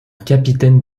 capitaine